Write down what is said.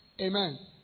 Amen